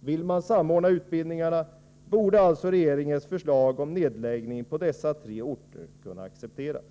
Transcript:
Vill man samordna utbildningarna borde regeringens förslag om nedläggning på dessa tre orter kunna accepteras.